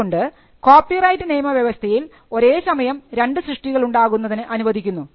അതുകൊണ്ട് കോപ്പിറൈറ്റ് നിയമവ്യവസ്ഥയിൽ ഒരേ സമയം രണ്ട് സൃഷ്ടികൾ ഉണ്ടാകുന്നതിന് അനുവദിക്കുന്നു